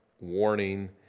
warning